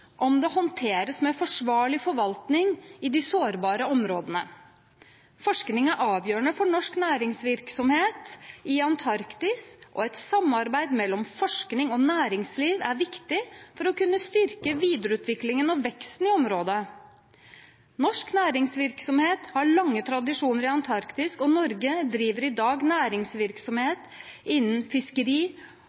om det håndteres med forsvarlig forvaltning i de sårbare områdene. Forskning er avgjørende for norsk næringsvirksomhet i Antarktis, og et samarbeid mellom forskning og næringsliv er viktig for å kunne styrke videreutviklingen og veksten i området. Norsk næringsvirksomhet har lange tradisjoner i Antarktis, og Norge driver i dag næringsvirksomhet innen fiskeri